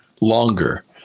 longer